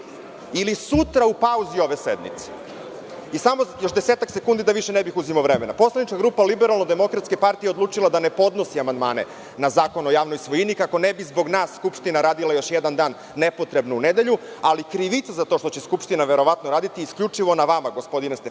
ili sutra u pauzi ove sednice. Samo još 10-ak sekundi, da više ne bih uzimao vremena. Poslanička grupa LDP odlučila je da ne podnosi amandmane na Zakon o javnoj svojini kako ne bi zbog nas Skupština radila još jedan dan nepotrebno u nedelju, ali krivica za to što će Skupština verovatno raditi je isključivo na vama, gospodine Stefanoviću,